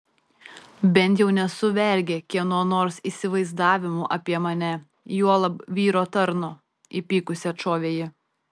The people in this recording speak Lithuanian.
bent jau nesu vergė kieno nors įsivaizdavimo apie mane juolab vyro tarno įpykusi atšovė ji